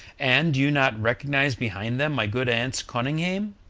and do you not recognize behind them my good aunts conynghame?